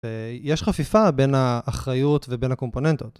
ויש חפיפה בין האחריות ובין הקומפוננטות.